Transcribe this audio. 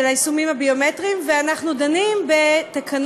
של היישומים הביומטריים, ואנחנו דנים בתקנות